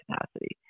capacity